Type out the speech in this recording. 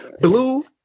Blue